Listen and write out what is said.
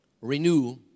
renew